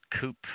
coop